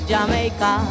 Jamaica